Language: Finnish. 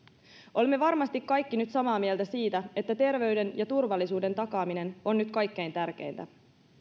olemme varmasti kaikki nyt samaa mieltä siitä että terveyden ja turvallisuuden takaaminen on nyt kaikkein tärkeintä